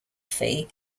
fee